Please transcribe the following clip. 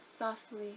Softly